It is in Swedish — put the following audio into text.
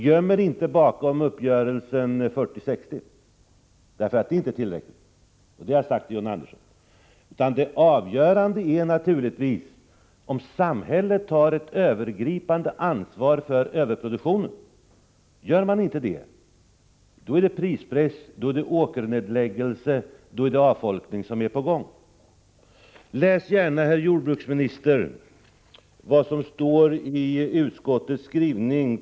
Göm er inte bakom uppgörelsen 40-60. Det är inte tillräckligt, vilket jag också har sagt till John Andersson. Det avgörande är naturligtvis att staten tar ett övergripande ansvar för överproduktionen. Gör staten inte detta blir det prispress, åkernedläggelse och avfolkning. Läs gärna, herr jordbruksminister, på s. 36 i utskottsbetänkandet.